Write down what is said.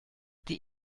die